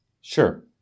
Sure